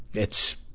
it's,